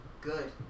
good